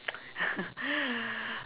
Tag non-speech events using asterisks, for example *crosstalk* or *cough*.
*laughs*